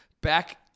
Back